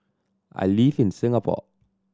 I live in Singapore